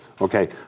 okay